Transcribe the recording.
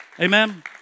Amen